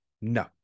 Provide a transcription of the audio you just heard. no